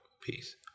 Peace